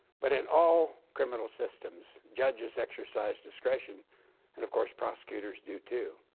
but in all criminal systems, judges exercise discretion and, of course, prosecutors do too.